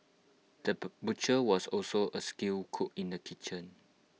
the butcher was also A skilled cook in the kitchen